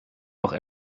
noch